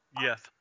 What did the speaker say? Yes